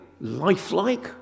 lifelike